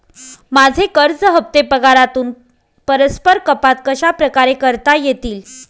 माझे कर्ज हफ्ते पगारातून परस्पर कपात कशाप्रकारे करता येतील?